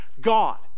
God